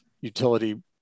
utility